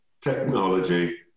Technology